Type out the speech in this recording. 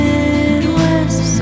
Midwest